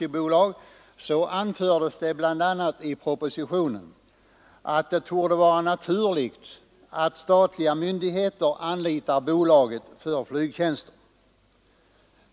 I propositionen anfördes bl.a. att det torde vara naturligt att statliga myndigheter anlitar bolaget för flygtjänster.